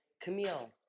Camille